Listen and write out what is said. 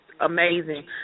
amazing